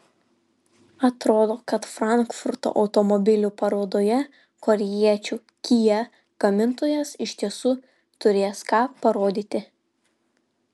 atrodo kad frankfurto automobilių parodoje korėjiečių kia gamintojas iš tiesų turės ką parodyti